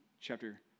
chapter